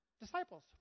Disciples